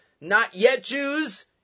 not-yet-Jews